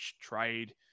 trade